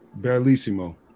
Bellissimo